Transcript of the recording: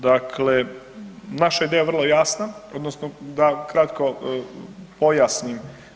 Dakle, naša ideja je vrlo jasna, odnosno da kratko pojasnim.